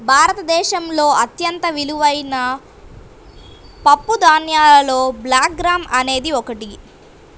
భారతదేశంలో అత్యంత విలువైన పప్పుధాన్యాలలో బ్లాక్ గ్రామ్ అనేది ఒకటి